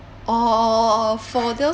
orh orh orh orh for those